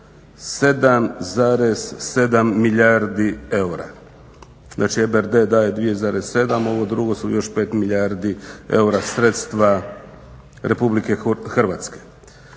7,7 milijardi eura. Znači, EBRD daje 2,7, ovo drugo su još 5 milijardi eura sredstva RH.